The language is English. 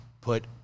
put